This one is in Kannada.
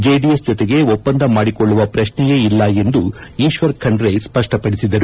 ಜೆಡಿಎಸ್ ಜೊತೆಗೆ ಒಪ್ಪಂದ ಮಾಡಿಕೊಳ್ಳುವ ಪ್ರಶ್ನೆಯೇ ಇಲ್ಲ ಎಂದು ಈಶ್ವರ್ ಖಂಡ್ರೆ ಸ್ಪಷ್ಟಪಡಿಸಿದರು